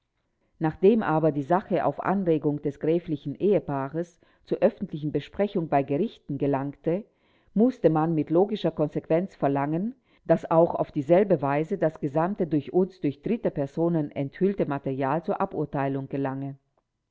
nachdem aber die sache auf anregung des gräflichen ehepaares zur öffentlichen besprechung bei gerichten gelangte mußte man mit logischer konsequenz verlangen daß auch auf dieselbe weise das gesamte uns durch dritte personen enthüllte material zur aburteilung gelange